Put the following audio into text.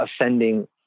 offending